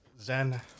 zen